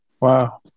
wow